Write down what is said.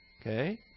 Okay